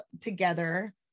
together